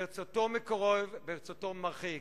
ברצותו מקרב, ברצותו מרחיק.